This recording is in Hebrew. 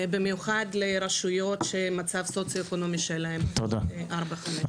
במיוחד על רשויות שמצב הסוציו-אקונומי שלהם הוא 4 - 5.